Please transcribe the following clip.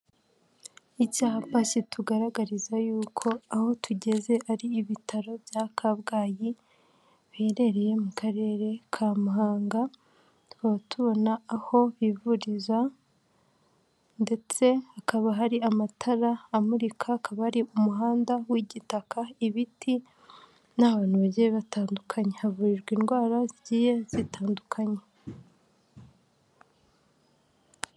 Icyapa kitugaragariza yuko aho tugeze ari ibitaro bya Kabgayi biherereye mu karere ka Muhanga tukaba tubona aho bivuriza ndetse hakaba hari amatara amurika akaba hari umuhanda w'igitaka ibiti n'abantu bagiye batandukanye, havurirwa indwara zigiye zitandukanye.